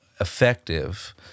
effective